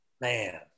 Man